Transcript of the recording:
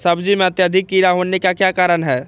सब्जी में अत्यधिक कीड़ा होने का क्या कारण हैं?